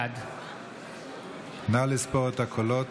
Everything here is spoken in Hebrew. בעד נא לספור את הקולות.